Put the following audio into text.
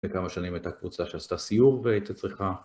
לפני כמה שנים הייתה קבוצה שעשתה סיור והיתה צריכה